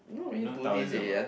no Taoism ah